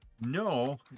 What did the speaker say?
No